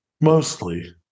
Mostly